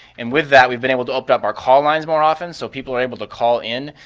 and with that, we've been able to open up our call lines more often so people are able to call in.